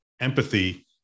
empathy